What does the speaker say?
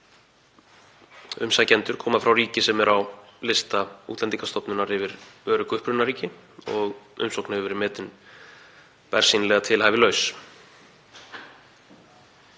umsækjendur koma frá ríki sem er á lista Útlendingastofnunar yfir örugg upprunaríki og umsókn hefur verið metin bersýnilega tilhæfulaus.